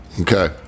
Okay